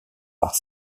par